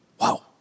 Wow